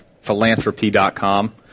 philanthropy.com